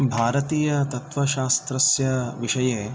भारतीयतत्त्वशास्त्रस्य विषये